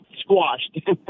squashed